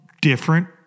Different